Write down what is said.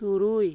ᱛᱩᱨᱩᱭ